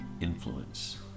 influence